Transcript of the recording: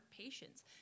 patients